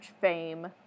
fame